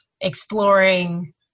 exploring